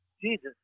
Jesus